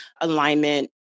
alignment